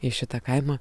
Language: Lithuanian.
į šitą kaimą